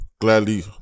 Gladly